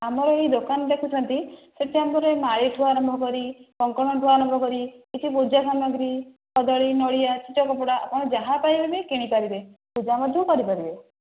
ଆମର ଏଇ ଦୋକାନ ଦେଖୁଛନ୍ତି ସେଠି ଆମର ମାଳି ଠୁ ଆରମ୍ଭ କରି କଙ୍କଣ ଠୁ ଆରମ୍ଭ କରି କିଛି ପୂଜା ସାମଗ୍ରୀ କଦଳୀ ନଡ଼ିଆ ପୂଜା କପଡ଼ା ଆପଣ ଯାହା ଚାହିଁବେ କିଣି ପାରିବେ ପୂଜା ମଧ୍ୟ କରି ପାରିବେ